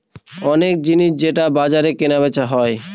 অনেক জিনিস যেটা বাজারে কেনা বেচা হয়